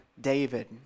David